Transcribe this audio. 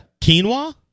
Quinoa